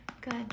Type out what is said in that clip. Good